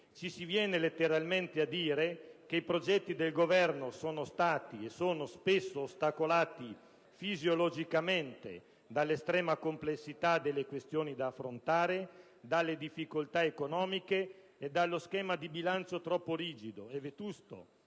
ci si viene letteralmente a dire che i progetti del Governo sono stati e sono spesso ostacolati fisiologicamente dall'estrema complessità delle questioni da affrontare, dalle difficoltà economiche e dallo schema di bilancio troppo rigido e vetusto,